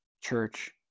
church